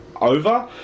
over